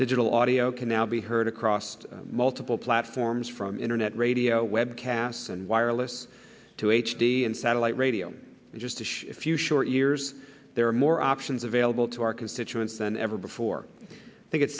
digital audio can now be heard across multiple platforms from internet radio webcasts and wireless to h d and satellite radio in just a few short years there are more options available to our constituents than ever before i think it's